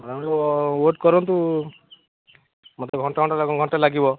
ଆମର ୱେଟ୍ କରନ୍ତୁ ମୋତେ ଘଣ୍ଟେ ଖଣ୍ଡେ ଘଣ୍ଟେ ଲାଗିବ